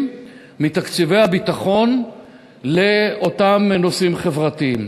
מתקציבי הביטחון לאותם נושאים חברתיים.